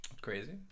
Crazy